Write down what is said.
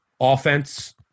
offense